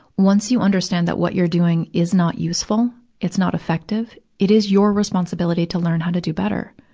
once you understand that what you're doing is not useful, it's not effective, it is your responsibility to learn how to do better.